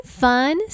fun